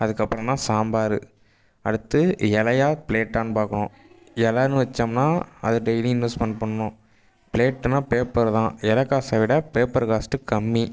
அதுக்கப்புறந்தான் சாம்பார் அடுத்து இலையா ப்ளேட்டான்னு பார்க்கணும் இலைன்னு வெச்சோம்னா அது டெய்லி இன்வெஸ்ட்மெண்ட் பண்ணணும் ப்ளேட்டுன்னால் பேப்பரு தான் இலைக் காசை விட பேப்பரு காஸ்ட்டு கம்மி